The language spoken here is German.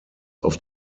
auf